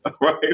Right